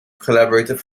collaborated